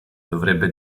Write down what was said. dovrebbe